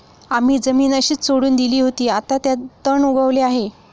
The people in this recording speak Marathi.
आम्ही जमीन अशीच सोडून दिली होती, आता त्यात तण उगवले आहे